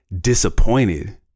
disappointed